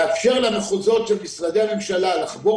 לאפשר למחוזות של משרדי הממשלה לחבור